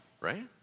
right